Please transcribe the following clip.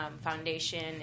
foundation